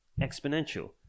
exponential